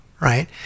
Right